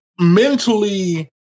Mentally